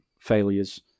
failures